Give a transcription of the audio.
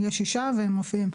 יש שישה והם מופיעים,